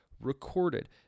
recorded